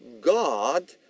God